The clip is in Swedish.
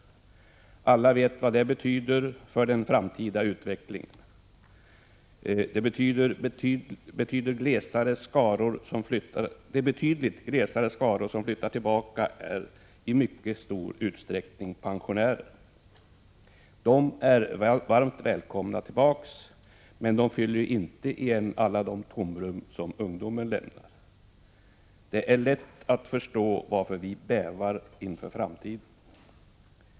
Alla vet vad det betyder för den framtida utvecklingen. De betydligt glesare skaror som flyttar tillbaka är i mycket stor utsträckning pensionärer. De är varmt välkomna tillbaka, men de fyller inte alla de tomrum som ungdomen lämnar. Det är lätt att förstå varför vi bävar inför framtiden.